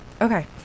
Okay